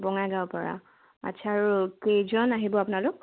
বঙাইগাঁৱৰপৰা আচ্ছা আৰু কেইজন আহিব আপোনালোক